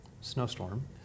snowstorm